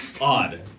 odd